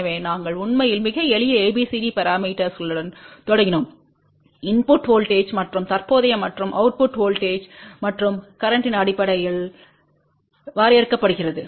எனவே நாங்கள் உண்மையில் மிக எளிய ABCD பரமீட்டர்ஸ்ளுடன் தொடங்கினோம் இன்புட் வோல்ட்டேஜ்ங்கள் மற்றும் தற்போதைய மற்றும் அவுட்புட் வோல்ட்டேஜ்ங்கள் மற்றும் கரேன்ட்த்தின் அடிப்படையில் வரையறுக்கப்படுகிறது